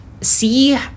see